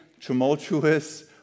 tumultuous